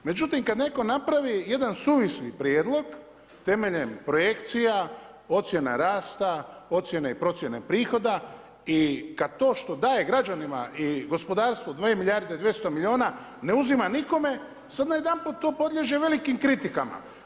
Međutim, kad netko napravi jedan suvisli prijedlog temeljem projekcija, ocjena rasta, ocjene i procjene prihoda i kad to što daje građanima i gospodarstvu 2 milijarde i 200 miliona ne uzima nikome, sad najedanput to podliježe velikim kritikama.